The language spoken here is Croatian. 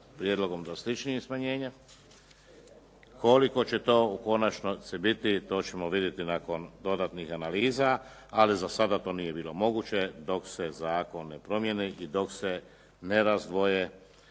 prijedlogom za drastičnijim smanjenjem. Koliko će to u konačnici biti? To ćemo vidjeti nakon dodatnih analiza, ali za sada to nije bilo moguće dok se zakon ne promijeni i dok se ne razdvoji